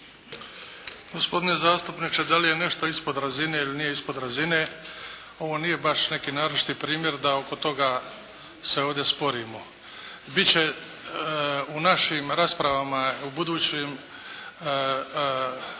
Gospodine zastupniče da li je nešto ispod razine ili nije ispod razine, ovo nije baš neki naročiti primjer da oko toga se ovdje sporimo. Bit će u našim raspravama u budućem radu